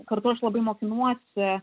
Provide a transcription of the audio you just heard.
kartu aš labai mokinuosi